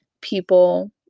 people